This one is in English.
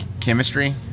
chemistry